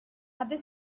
other